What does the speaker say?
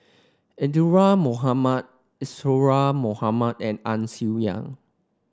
Isadhora Mohamed Isadhora Mohamed and Ang Swee Aun